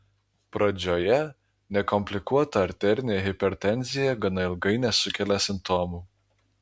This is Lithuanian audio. pradžioje nekomplikuota arterinė hipertenzija gana ilgai nesukelia simptomų